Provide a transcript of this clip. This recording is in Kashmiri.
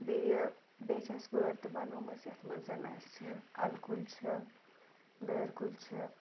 بیٚیہِ بیٚیہِ چھِ اَسہِ وٲر تہِ بَنٲومٕژ یَتھ منٛز زَن اَسہِ اَلہٕ کُلۍ چھِ لٲر کُلۍ چھِ